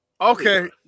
Okay